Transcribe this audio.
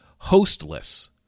hostless